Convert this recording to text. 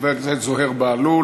חבר הכנסת זוהיר בהלול.